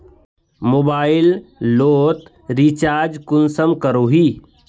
Mobile लोत recharge कुंसम करोही?